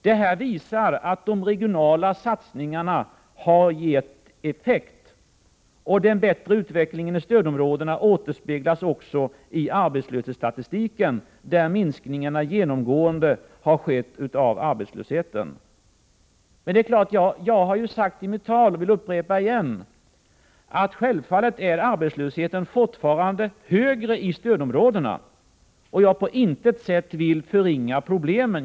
Det här visar att de regionalpolitiska satsningarna har gett effekt. Den bättre utvecklingen i stödområdena återspeglas också av arbetslös hetsstatistiken som genomgående minskningar av arbetslösheten. Jag har visserligen sagt det i mitt tal, men jag vill upprepa att arbetslösheten självfallet fortfarande är högre i stödområdena, och jag vill på intet sätt förringa problemen.